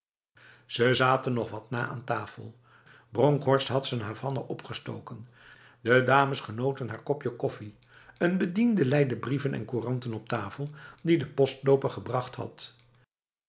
ze zaten nog wat na aan tafel bronkhorst had n havanna opgestoken de dames genoten haar kopje koffie een bediende lei de brieven en couranten op tafel die de postloper gebracht had